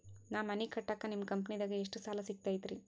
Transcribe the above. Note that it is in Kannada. ನಾ ಮನಿ ಕಟ್ಟಾಕ ನಿಮ್ಮ ಕಂಪನಿದಾಗ ಎಷ್ಟ ಸಾಲ ಸಿಗತೈತ್ರಿ?